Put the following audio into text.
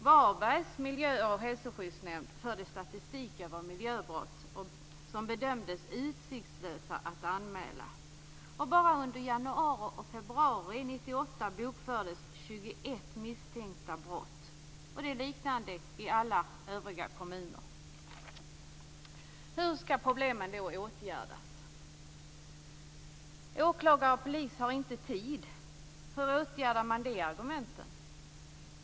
Varbergs miljö och hälsoskyddsnämnd förde statistik över miljöbrott som bedömdes utsiktslösa att anmäla. Bara under januari och februari 1998 bokfördes 21 misstänkta brott. Det är liknande förhållanden i alla övriga kommuner. Hur skall problemen då åtgärdas? Åklagare och polis har inte tid. Hur bemöter man de argumenten?